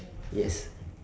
yes